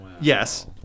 yes